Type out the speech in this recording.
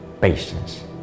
patience